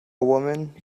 woman